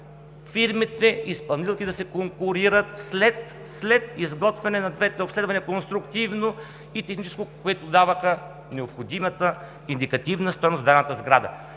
фирмите-изпълнителки да се конкурират след изготвяне на двете обследвания – конструктивно и техническо, което даваше необходимата индикативна стойност на дадената сграда.